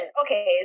okay